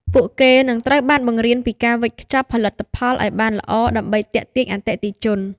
ពួកគេនឹងត្រូវបានបង្រៀនពីការវេចខ្ចប់ផលិតផលឱ្យបានល្អដើម្បីទាក់ទាញអតិថិជន។